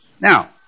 Now